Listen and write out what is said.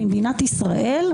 במדינת ישראל,